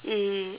mm